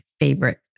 Favorite